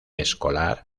escolar